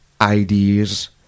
ideas